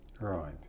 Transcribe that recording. Right